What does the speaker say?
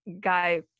guy